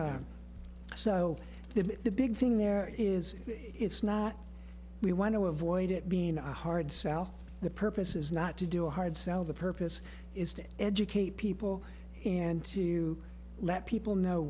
so the big thing there is it's not we want to avoid it being a hard sell the purpose is not to do a hard sell the purpose is to educate people and to let people kno